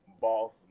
boss